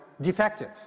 defective